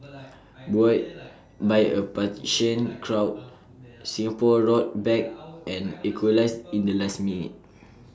buoyed by A partisan crowd Singapore roared back and equalised in the last minute